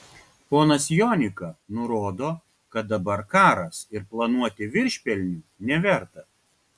ponas jonika nurodo kad dabar karas ir planuoti viršpelnių neverta